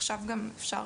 עכשיו גם אפשר,